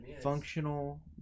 functional